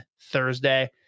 Thursday